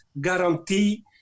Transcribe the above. guarantee